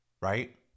right